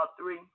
three